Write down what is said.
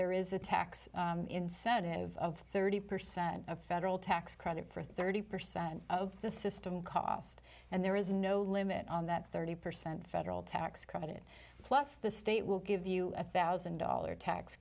there is a tax incentive of thirty percent of federal tax credit for thirty percent of the system cost and there is no limit on that thirty percent federal tax credit plus the state will give you a thousand dollar tax